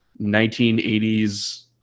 1980s